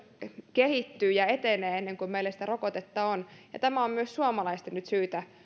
kehittyy ja etenee ennen kuin meillä rokotetta on ja tämä on myös suomalaisten nyt syytä